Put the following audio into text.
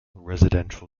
residential